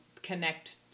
connect